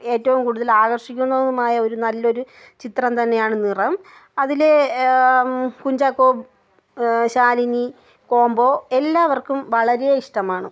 ഏറ്റവും കൂടുതൽ ആകർഷിക്കുന്നതുമായ ഒരു നല്ലൊരു ചിത്രം തന്നെയാണ് നിറം അതിലെ കുഞ്ചാക്കോ ശാലിനി കോമ്പോ എല്ലാവർക്കും വളരെ ഇഷ്ടമാണ്